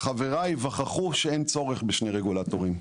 שחבריי ייווכחו שאין צורך בשני רגולטורים.